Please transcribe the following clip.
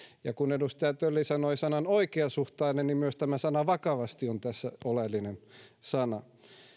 ja kun edustaja tölli sanoi sanan oikeasuhtainen niin myös sana vakavasti on tässä oleellinen sana